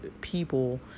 people